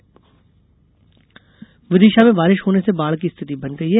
मौसम विदिशा में बारिश होने से बाढ़ की रिथति बन गई है